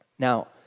Now